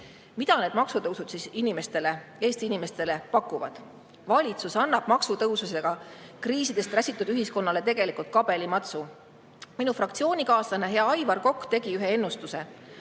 mida need maksutõusud siis Eesti inimestele pakuvad? Valitsus annab maksutõusudega kriisidest räsitud ühiskonnale tegelikult kabelimatsu. Minu fraktsioonikaaslane, hea Aivar Kokk tegi ühe ennustuse: